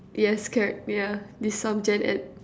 yes char~ yeah need some Gen-Ed